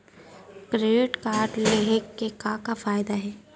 Credit card लेहे के का का फायदा हे?